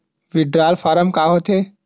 Withdrawal form का होथे?